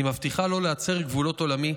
אני מבטיחה לא להצר גבולות עולמי,